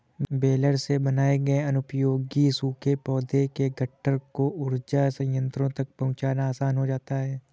baler से बनाए गए अनुपयोगी सूखे पौधों के गट्ठर को ऊर्जा संयन्त्रों तक पहुँचाना आसान हो जाता है